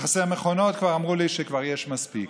שחסרות מכונות, אמרו לי שכבר יש מספיק.